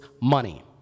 money